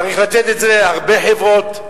צריך לתת את זה להרבה חברות,